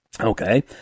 Okay